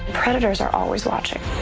predators are always watching.